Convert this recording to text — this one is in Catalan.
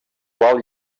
qual